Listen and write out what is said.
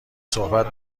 صحبت